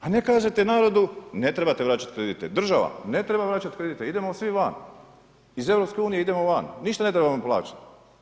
A ne kažete narodu, ne trebate vraćati kredite, država, ne treba vraćati kredite, idemo svi van, iz EU idemo van, ništa ne trebate vraćati.